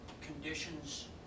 conditions